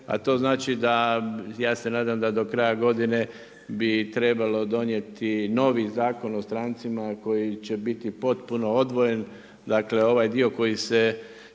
a to znači da ja se nadam da do kraja godine bi trebalo donijeti novi Zakon o strancima koji će biti potpuno odvojen. Dakle, ovaj dio koji se